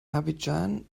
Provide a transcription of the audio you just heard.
abidjan